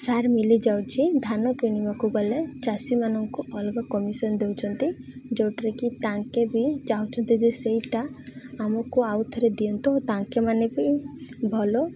ସାର ମିଳିଯାଉଛି ଧାନ କିଣିବାକୁ ଗଲେ ଚାଷୀମାନଙ୍କୁ ଅଲଗା କମିସନ୍ ଦେଉଛନ୍ତି ଯେଉଁଟାରେ କିି ତାଙ୍କେ ବି ଚାହୁଁଛନ୍ତି ଯେ ସେଇଟା ଆମକୁ ଆଉ ଥରେ ଦିଅନ୍ତୁ ତାଙ୍କେମାନେେ ବି ଭଲ